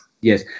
Yes